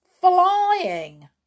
flying